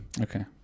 Okay